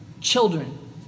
children